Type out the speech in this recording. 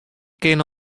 kinne